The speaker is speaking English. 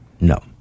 No